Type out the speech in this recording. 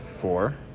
four